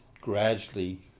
gradually